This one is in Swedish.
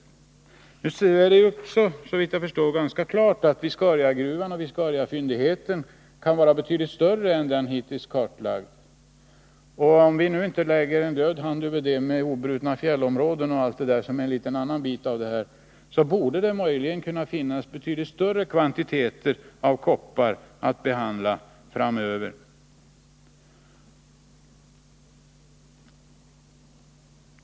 Såvitt jag förstår är det dessutom ganska klart att viscariafyndigheten kan vara betydligt större än den hittillsvarande kartläggningen gett vid handen. Om vi då inte låter talet om obrutna fjällområden och allt sådant, som inte hör till just det här sammanhanget, ligga som en död hand över detta, så borde det kunna bli fråga om betydligt större kvantiteter koppar än man räknat med att behandla framöver.